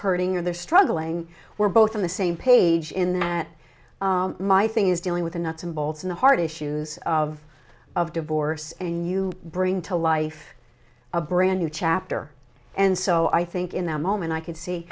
hurting or they're struggling we're both on the same page in that my thing is dealing with the nuts and bolts of the hard issues of of divorce and you bring to life a brand new chapter and so i think in that moment i could see